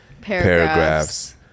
paragraphs